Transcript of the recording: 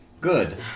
Good